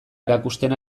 erakusten